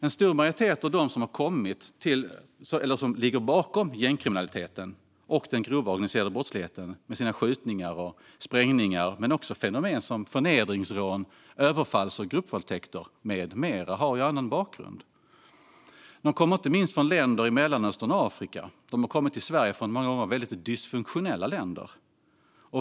En majoritet av dem som ligger bakom gängkriminaliteten och den grova organiserade brottsligheten, med sina skjutningar och sprängningar men också fenomen som förnedringsrån, överfalls och gruppvåldtäkter med mera, har annan bakgrund. De kommer inte minst från länder i Mellanöstern och Afrika och har många gånger kommit till Sverige från väldigt dysfunktionella länder.